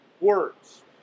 words